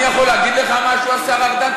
אני יכול להגיד לך משהו, השר ארדן?